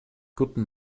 guten